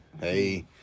Hey